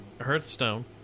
Hearthstone